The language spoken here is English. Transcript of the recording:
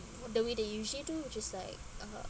the way they usually do will just like uh